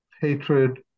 hatred